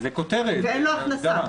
ואין לו הכנסה